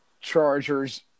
Chargers